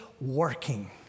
working